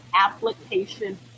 application